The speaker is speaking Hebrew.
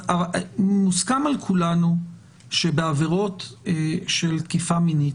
מוסכם על כולנו שבעבירות של תקיפה מינית,